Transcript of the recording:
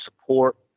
support